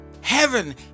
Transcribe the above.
Heaven